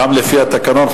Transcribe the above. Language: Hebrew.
גם לפי התקנון,